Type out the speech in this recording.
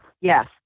yes